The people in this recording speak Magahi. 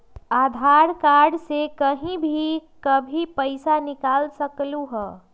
आधार कार्ड से कहीं भी कभी पईसा निकाल सकलहु ह?